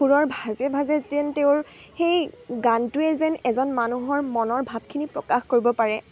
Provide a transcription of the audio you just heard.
সুৰৰ ভাঁজে ভাঁজে যেন তেওঁৰ সেই গানটোৱে যেন এজন মানুহৰ মনৰ ভাৱখিনি প্ৰকাশ কৰিব পাৰে